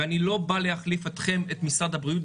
ואני לא בא להחליף את משרד הבריאות,